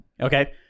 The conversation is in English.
Okay